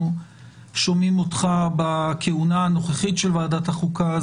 שומעים אותך בכהונה הנוכחית של ועדת החוקה.